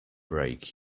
break